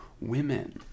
women